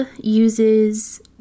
uses